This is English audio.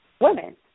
women